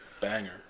Banger